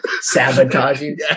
Sabotaging